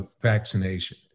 vaccination